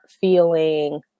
feeling